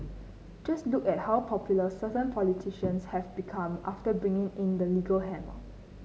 just look at how popular certain politicians have become after bringing in the legal hammer